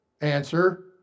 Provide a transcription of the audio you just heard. Answer